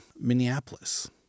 Minneapolis